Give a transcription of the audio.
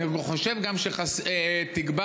אני חושב שגם החשיפה שתגבר,